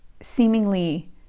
seemingly